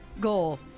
goal